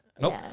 nope